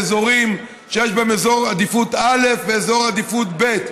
לאזורים שיש בהם אזור עדיפות א' ואזור עדיפות ב',